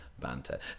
banter